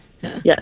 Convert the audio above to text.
Yes